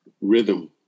rhythm